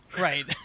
Right